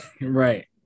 Right